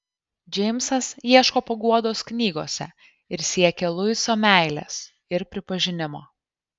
džeimsas ieško paguodos knygose ir siekia luiso meilės ir pripažinimo